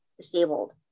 disabled